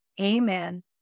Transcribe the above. Amen